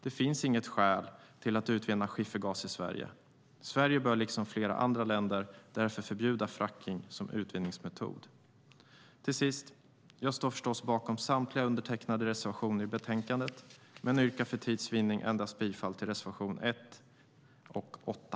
Det finns inget skäl till att utvinna skiffergas i Sverige. Sverige bör därför liksom flera andra länder förbjuda fracking som utvinningsmetod. Till sist: Jag står förstås bakom samtliga undertecknade reservationer i betänkandet men yrkar för tids vinnande endast bifall till reservationerna 1 och 8.